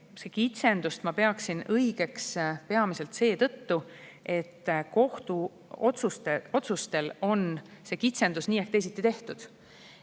Seda kitsendust ma pean õigeks peamiselt seetõttu, et kohtute otsusel on see kitsendus nii ehk teisiti tehtud.